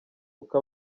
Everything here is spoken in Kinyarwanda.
uko